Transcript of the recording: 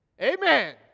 Amen